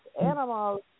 animals